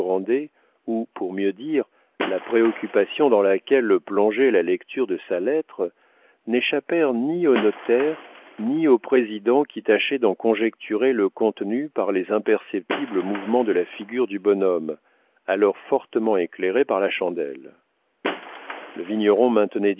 ou pour mieux dire la préoccupation dans laquelle le plongeait la lecture de sa lettre n'échappèrent ni au notaire ni au président qui tâchaient d'en conjecturer le contenu par les imperceptibles mouvements de la figure du bonhomme alors fortement éclairée par la chandelle le vigneron maintenait